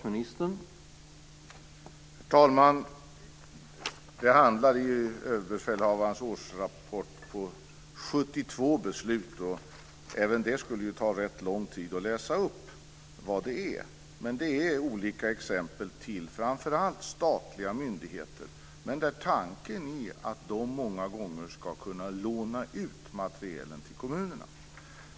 Herr talman! Det handlar i Överbefälhavarens årsrapport om 72 beslut, och det skulle ta rätt lång tid att läsa upp alla. Det handlar framför allt om statliga myndigheter. Tanken är att dessa många gånger ska kunna låna ut materielen till kommunerna.